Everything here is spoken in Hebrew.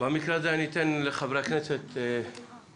במקרה הזה אני אתן לחברי הכנסת לדבר,